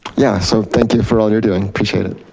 yeah, so thank you for all you're doing, appreciate it.